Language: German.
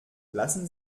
lassen